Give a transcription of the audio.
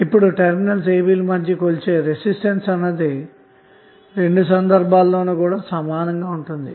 ఇప్పుడుటెర్మినల్స్ a b ల మధ్య కొలిచే రెసిస్టెన్స్ అన్నది రెండుసందర్భాలలో ను సమానంగా ఉంటుంది